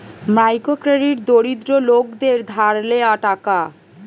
micro credit দরিদ্র লোকদের ধার লেওয়া টাকা